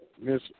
Miss